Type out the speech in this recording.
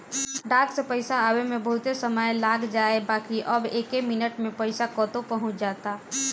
डाक से पईसा आवे में बहुते समय लाग जाए बाकि अब एके मिनट में पईसा कतो पहुंच जाता